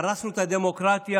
הרסנו את הדמוקרטיה,